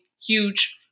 huge